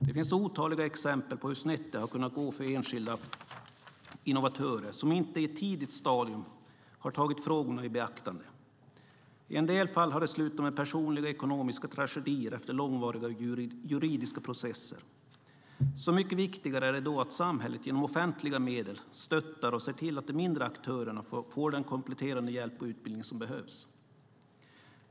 Det finns otaliga exempel på hur snett det har kunnat gå för enskilda innovatörer som inte i ett tidigt stadium har tagit frågorna i beaktande. I en del fall har det slutat med personliga ekonomiska tragedier efter långvariga juridiska processer. Så mycket viktigare är det då att samhället genom offentliga medel stöttar och ser till att de mindre aktörerna får den kompletterande hjälp och utbildning som behövs.